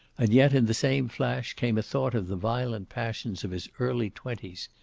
and yet, in the same flash, came a thought of the violent passions of his early twenties.